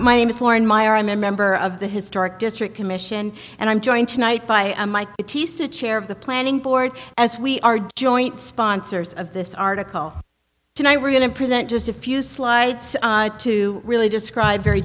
my name is lauren my i'm a member of the historic district commission and i'm joined tonight by mike tista chair of the planning board as we are joint sponsors of this article tonight we're going to present just a few slides to really describe very